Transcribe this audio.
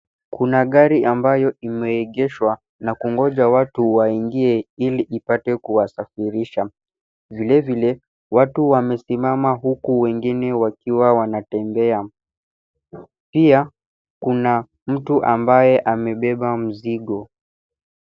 Kuna gari ambayo imeegeshwa na kungoja watu waingie ili ipate kuwasafirisha. Vile vile, watu wamesimama huku wengine wakiwa wanatembea. Pia kuna mtu ambaye amebeba mzigo.